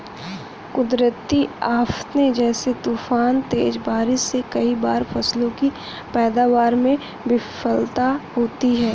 कुदरती आफ़ते जैसे तूफान, तेज बारिश से कई बार फसलों की पैदावार में विफलता होती है